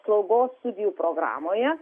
slaugos studijų programoje